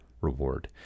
reward